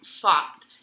fucked